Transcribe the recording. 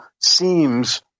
seems